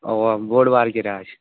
اَوا بوٚڈ بارٕ گیراج